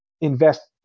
invest